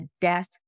death